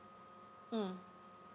mm